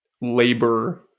labor